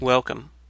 Welcome